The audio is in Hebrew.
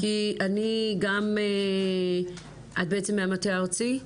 את בעצם מהמטה הארצי?